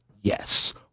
Yes